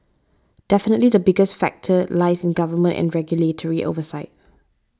definitely the biggest factor lies in government and regulatory oversight